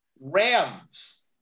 Rams